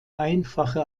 einfache